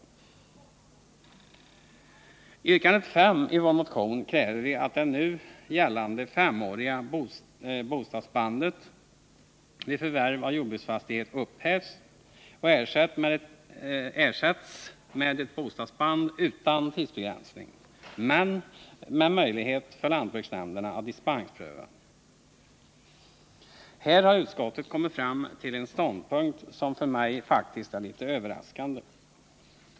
or NTE an I yrkandet 5 i vår motion kräver vi att det nu gällande femåriga Jordförvärvslagen, bostadsbandet vid förvärv av jordbruksfastighet upphävs och ersätts med ett bostadsband utan tidsbegränsning men med möjlighet för lantbruksnämnderna att dispenspröva. Här har utskottet kommit fram till en ståndpunkt som för mig faktiskt är litet överraskande.